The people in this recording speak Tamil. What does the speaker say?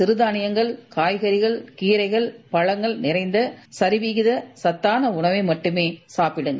சிறு தானியங்கள் காய்கறிகள் கீரைகள் பழங்கள் நிறைந்த சரிவிகித சத்தான உணவை மட்டுமே சாப்பிடுங்கள்